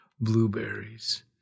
blueberries